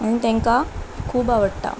आनी तांकां खूब आवडटा